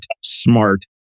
smart